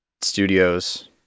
studios